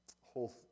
whole